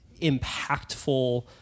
impactful